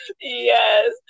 Yes